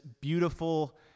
beautiful